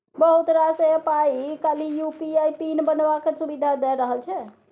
बहुत रास एप्प आइ काल्हि यु.पी.आइ पिन बनेबाक सुविधा दए रहल छै